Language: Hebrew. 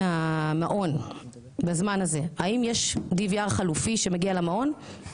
העמותה למען הילד תמכה בזה שהחוק הזה יהיה מגיל לידה עד